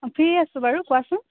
অঁ ফ্ৰী আছোঁ বাৰু কোৱাচোন